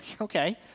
Okay